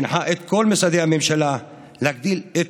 שהנחה את כל משרדי הממשלה להגדיל את